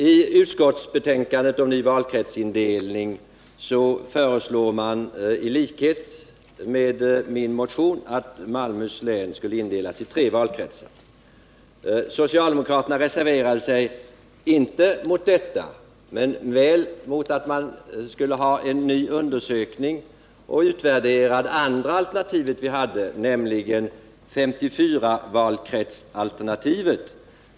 I utskottsbetänkandet om ny valkretsindelning föreslås, i likhet med i min motion, att Malmöhus län skulle indelas i tre valkretsar. Socialdemokraterna reserverade sig inte mot detta, men väl mot att man skulle göra en ny undersökning och utvärdera det andra alternativet som vi hade, nämligen 54-valkrets-alternativet.